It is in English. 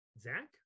zach